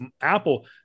Apple